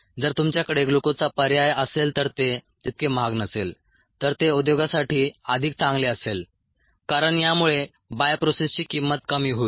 जर तुमच्याकडे ग्लुकोजचा पर्याय असेल तर ते तितके महाग नसेल तर ते उद्योगासाठी अधिक चांगले असेल कारण यामुळे बायोप्रोसेसची किंमत कमी होईल